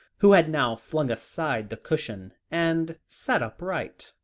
who had now flung aside the cushion, and sat upright,